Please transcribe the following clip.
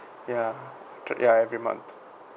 ya ya every month